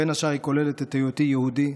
בין השאר היא כוללת את היותי יהודי,